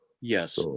Yes